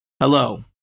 hello